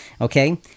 okay